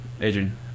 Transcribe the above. Adrian